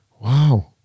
Wow